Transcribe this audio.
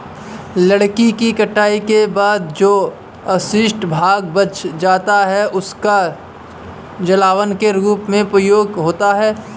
लकड़ी के कटाई के बाद जो अवशिष्ट भाग बच जाता है, उसका जलावन के रूप में प्रयोग होता है